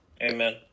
Amen